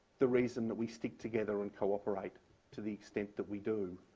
the reason that we stick together and cooperate to the extent that we do.